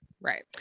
right